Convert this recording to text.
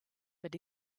but